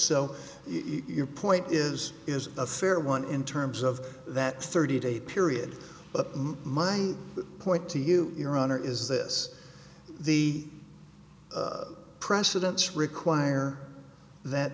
so your point is is a fair one in terms of that thirty day period but my point to you your honor is this the precedents require that